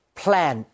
plan